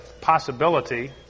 possibility